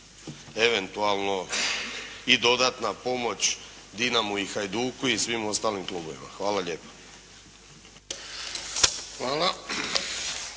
eventualno i dodatna pomoć Dinamu i Hajduku i svim ostalim klubovima. Hvala lijepa.